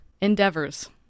endeavors